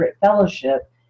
fellowship